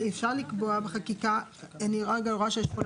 אפשר לקבוע בחקיקה אני רואה שיש כאן